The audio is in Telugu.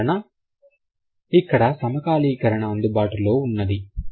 అందువలన అక్కడ సమకాలీకరణ అందుబాటులో ఉన్నది